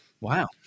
Wow